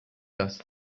das